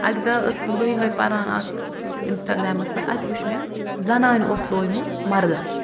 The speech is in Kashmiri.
اَکہِ دۄہ ٲسٕس بہٕ یِہٲے پَران اکھ ٲں اِنسٹاگرٛامَس پٮ۪ٹھ اَتہِ وُچھ مےٚ زَنانہِ اوس لویمُت مَردَس